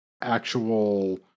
actual